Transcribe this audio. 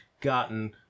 gotten